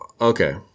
okay